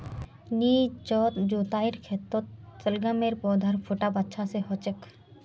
निचोत जुताईर खेतत शलगमेर पौधार फुटाव अच्छा स हछेक